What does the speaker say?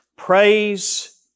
Praise